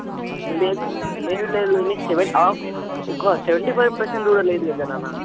లేద్ లేదు లేదు నీకు సెవెన్ ఆఫ్ ఒక సెవెంటీ ఫైవ్ పర్సెంట్ కూడా లేదు కదా నాన్న